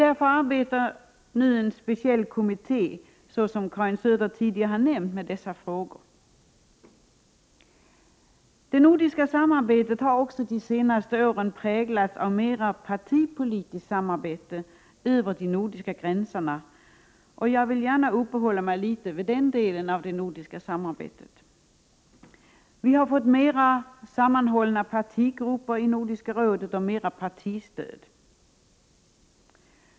Därför arbetar nu en speciell kommitté, som Karin Söder tidigare nämnt, med dessa frågor. Det nordiska samarbetet har också det senaste året präglats av mera partipolitiskt samarbete över de nordiska gränserna. Jag vill gärna uppehålla mig litet vid den delen av det nordiska samarbetet. Vi har fått mera sammanhållna partigrupper i Nordiska rådet och mer partistöd.